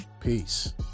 peace